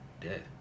Dead